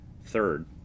Third